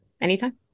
Anytime